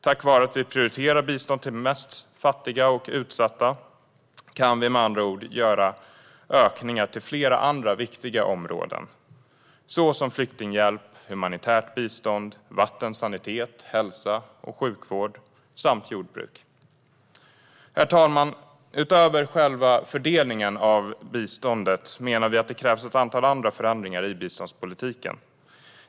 Tack vare att vi prioriterar bistånd till de mest fattiga och utsatta kan vi med andra ord göra ökningar på flera andra viktiga områden såsom flyktinghjälp, humanitärt bistånd, vatten, sanitet, hälsa och sjukvård samt jordbruk. Herr talman! Utöver själva fördelningen av biståndet menar vi att det krävs ett antal andra förändringar i biståndspolitiken.